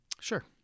Sure